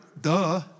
Duh